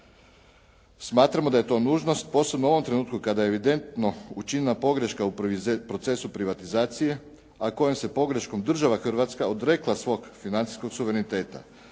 Smatramo da je nužnost, posebno u ovom trenutku kada je evidentno učinila pogreška u procesu privatizacije, a kojom se pogreškom država Hrvatska odrekla svog financijskog suvereniteta.